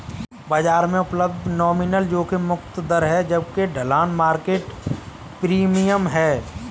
बाजार में उपलब्ध नॉमिनल जोखिम मुक्त दर है जबकि ढलान मार्केट प्रीमियम है